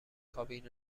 کابین